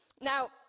Now